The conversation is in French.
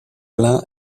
plein